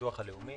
הביטוח הלאומי.